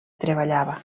treballava